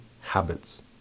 habits